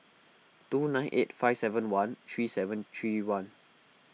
two nine eight five seven one three seven three one